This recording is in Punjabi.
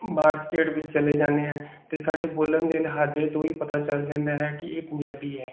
ਬਾਹਰ ਸਟੇਟ ਵਿੱਚ ਚਲੇ ਜਾਂਦੇ ਹਾਂ ਅਤੇ ਸਾਡੇ ਬੋਲਣ ਦੇ ਲਿਹਾਜੇ ਤੋਂ ਹੀ ਪਤਾ ਚੱਲ ਜਾਂਦਾ ਹੈ ਕਿ ਇਹ ਪੰਜਾਬੀ ਹੈ